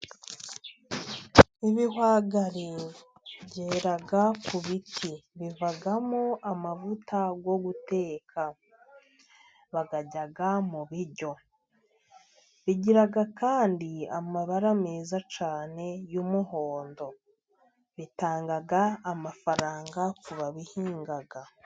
Ibihwagari byera ku biti. Bivamo amavuta yo guteka bayarya mu biryo. Bigira kandi amabara meza cyane y'umuhondo, bitanga amafaranga ku babihinga.